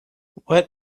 what